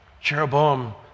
Jeroboam